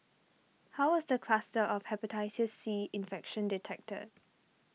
how was the cluster of Hepatitis C infection detected